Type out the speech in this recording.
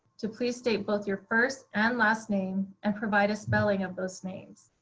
to please state both your first and last name and provide a spelling of those names.